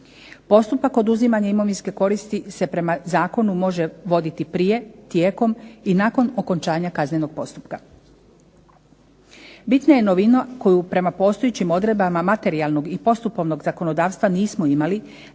Postupak oduzimanje imovinske koristi se prema zakonu može voditi prije, tijekom i nakon okončanja kaznenog postupka. Bitna je novina koja prema postojećim odredbama materijalnog i postupovnog zakonodavstva nismo imali,